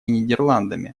нидерландами